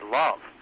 love